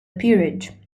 peerage